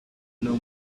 know